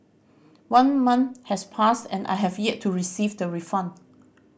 one month has passed and I have yet to receive the refund